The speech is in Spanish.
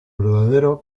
verdadero